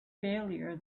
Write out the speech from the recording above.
failure